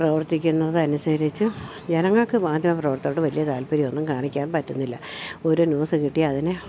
പ്രവർത്തിക്കുന്നത് അനുസരിച്ചു ജനങ്ങൾക്ക് മാധ്യമ പ്രവർത്തനത്തോട് വലിയ താല്പര്യം ഒന്നും കാണിക്കാൻ പറ്റുന്നില്ല ഒരു ന്യൂസ് കിട്ടി അതിനെ